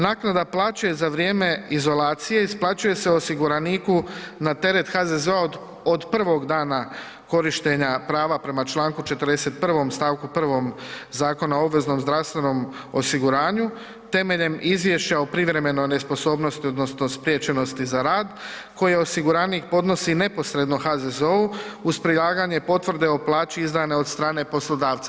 Naknada plaće za vrijeme izolacije isplaćuje se osiguraniku na teret HZZO-a od prvog dana korištenja prava prema čl. 41. st. 1. Zakona o obveznom zdravstvenom osiguranju temeljem izvješća o privremenoj nesposobnosti odnosno spriječenosti za rad koje osiguranik podnosi neposredno HZZO-u uz prilaganje potvrde o plaći izdane od strane poslodavca.